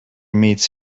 meets